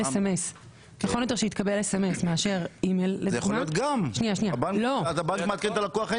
SMS. אז הבנק בכל מקרה מעדכן את הלקוח.